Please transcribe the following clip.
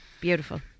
beautiful